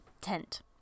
tent